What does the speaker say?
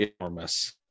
enormous